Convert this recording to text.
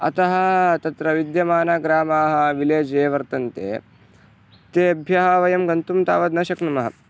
अतः तत्र विद्यमानग्रामाः विलेज् ये वर्तन्ते तेभ्यः वयं गन्तुं तावत् न शक्नुमः